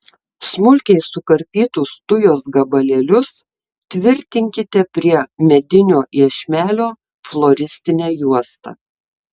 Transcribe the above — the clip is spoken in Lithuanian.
smulkiai sukarpytus tujos gabalėlius tvirtinkite prie medinio iešmelio floristine juosta